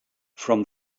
from